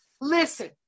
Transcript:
Listen